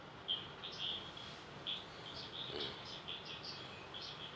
mm